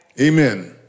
Amen